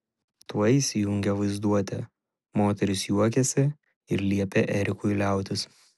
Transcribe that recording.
tuoj įsijungė vaizduotė moteris juokėsi ir liepė erikui liautis